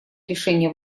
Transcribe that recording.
решения